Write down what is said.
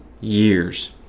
years